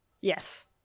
Yes